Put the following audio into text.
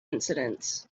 incidents